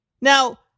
Now